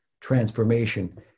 transformation